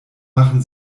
machen